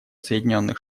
соединенных